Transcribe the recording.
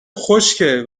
خشکه